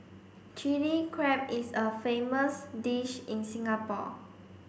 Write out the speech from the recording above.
Chilli Crab is a famous dish in Singapore